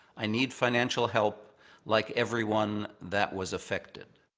i need financial help like everyone that was affected.